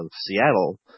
Seattle